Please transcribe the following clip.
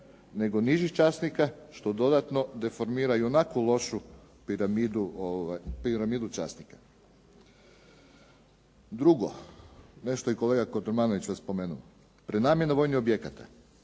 nego nižih časnika što dodatno deformira ionako lošu piramidu časnika. Drugo, nešto je kolega Kotromanović spomenuo. Prenamjena vojnih objekata.